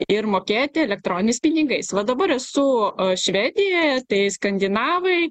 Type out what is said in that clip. ir mokėti elektroniniais pinigais va dabar esu a švedijoje tai skandinavai